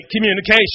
communication